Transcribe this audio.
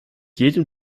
jedem